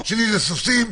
שלי סוסים,